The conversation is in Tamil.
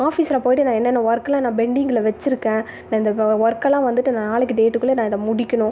ஆஃபீஸில் போய்ட்டு நான் என்னென்ன ஒர்க்குலாம் நான் பெண்டிங்கில் வைச்சிருக்கேன் நான் இந்த ஒர்க்குலாம் வந்துவிட்டு நாளைக்கு டேட்டுக்குள்ளே நான் இதை முடிக்கணும்